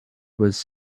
was